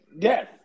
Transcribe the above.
Yes